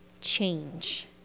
change